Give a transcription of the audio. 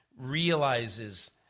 realizes